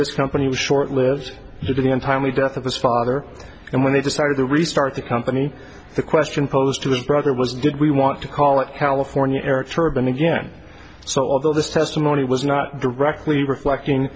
this company was short lived to the untimely death of this father and when they decided to restart the company the question posed to his brother was did we want to call it california eric turban again so although this testimony was not directly reflecting